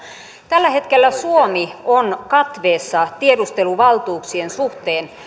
tällä hetkellä suomi on katveessa tiedusteluvaltuuksien suhteen